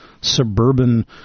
suburban